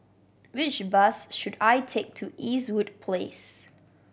which bus should I take to Eastwood Place